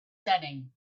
setting